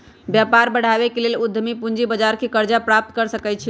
व्यापार बढ़ाबे के लेल उद्यमी पूजी बजार से करजा प्राप्त कर सकइ छै